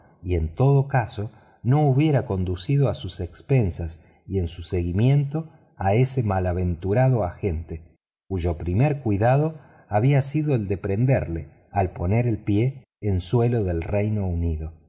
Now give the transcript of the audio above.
y en todo caso no hubiera conducido a sus expensas y en su seguimiento a ese malaventurado agente a poner pie en suelo del reino unido